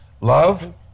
Love